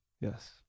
yes